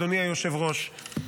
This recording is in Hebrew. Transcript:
אדוני היושב-ראש.